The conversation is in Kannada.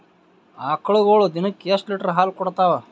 ಆಕಳುಗೊಳು ದಿನಕ್ಕ ಎಷ್ಟ ಲೀಟರ್ ಹಾಲ ಕುಡತಾವ?